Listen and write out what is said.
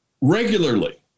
regularly